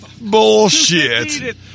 Bullshit